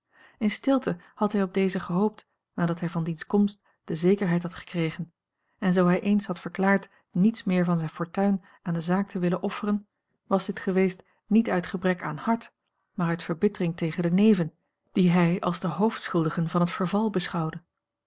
in stilte had hij op dezen gehoopt nadat hij van diens komst de zekerheid had gekregen en zoo hij eens had verklaard niets meer van zijn fortuin aan de zaak te willen offeren was dit geweest niet uit gebrek aan hart maar uit verbittering tegen de neven a l g bosboom-toussaint langs een omweg die hij als de hoofdschuldigen van het verval beschouwde